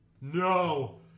No